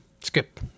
Skip